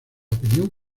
opinión